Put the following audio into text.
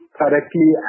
correctly